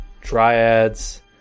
dryads